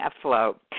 afloat